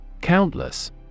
Countless